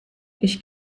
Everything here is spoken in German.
ich